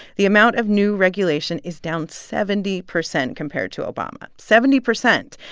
the amount of new regulation is down seventy percent compared to obama seventy percent.